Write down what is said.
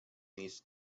these